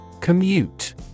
Commute